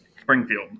Springfield